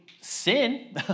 sin